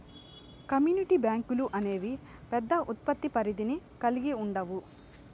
community బ్యాంకులు అనేవి పెద్ద ఉత్పత్తి పరిధిని కల్గి ఉండవు